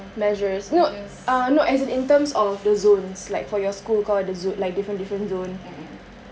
measures no uh no as in in terms of the zones like for your school kau ada zone like different different zones